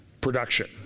production